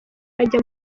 ajya